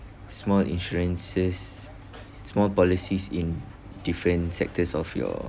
small insurances small policies in different sectors of your